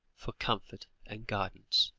for comfort and guidance.